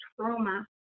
trauma